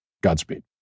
Godspeed